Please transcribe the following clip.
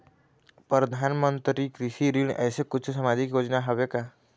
परधानमंतरी कृषि ऋण ऐसे कुछू सामाजिक योजना हावे का?